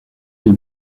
vit